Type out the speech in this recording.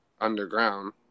underground